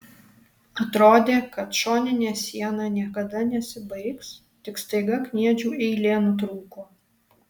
atrodė kad šoninė siena niekada nesibaigs tik staiga kniedžių eilė nutrūko